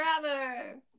forever